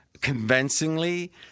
convincingly